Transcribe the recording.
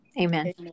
Amen